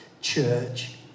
church